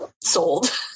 Sold